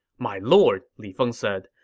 my lord, li feng said,